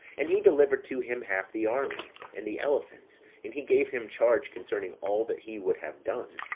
and he delivered to him half the army, and the elephants and he gave him charge concerning all that he would have done,